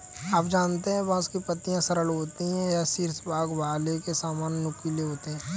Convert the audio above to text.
आप जानते है बांस की पत्तियां सरल होती है शीर्ष भाग भाले के सामान नुकीले होते है